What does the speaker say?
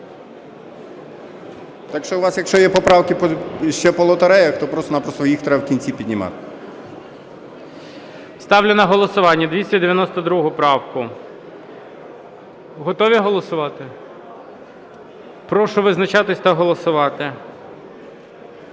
якщо у вас є поправки ще по лотереях, то просто-напросто їх треба в кінці піднімати. ГОЛОВУЮЧИЙ. Ставлю на голосування 292 правку. Готові голосувати? Прошу визначатись та голосувати.